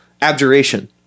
abjuration